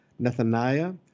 Nathaniah